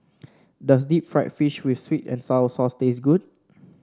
does Deep Fried Fish with sweet and sour sauce taste good